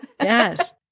Yes